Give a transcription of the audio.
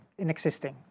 inexisting